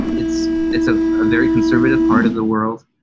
it's it's ah a very conservative part of the world.